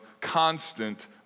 constant